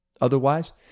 Otherwise